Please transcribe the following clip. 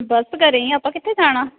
ਬਸ ਘਰ ਹੀ ਆ ਆਪਾਂ ਕਿੱਥੇ ਜਾਣਾ